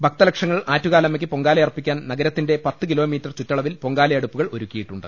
ഭക്തലക്ഷങ്ങൾ ആറ്റുകാലമ്മയ്ക്ക് പൊങ്കാലയർപ്പി ക്കാൻ നഗരത്തിന്റെ പത്ത്കിലോമീറ്റർ ചുറ്റളവിൽ പൊങ്കാലയടു പ്പുകൾ ഒരുക്കിയിട്ടുണ്ട്